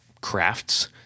crafts